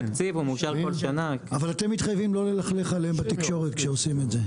אבל אתם מתחייבים לא ללכלך עליהם בתקשורת כשעושים את זה.